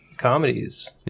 Comedies